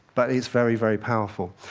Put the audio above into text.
but it's very, very powerful.